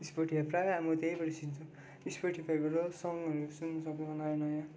स्पोटी प्राय अब म त्यहीँबाट सुन्छु स्पोटिफाईबाट सङहरू सुन्न सक्छ नयाँ नयाँ